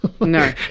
No